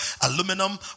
aluminum